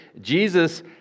Jesus